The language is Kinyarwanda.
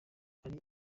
hari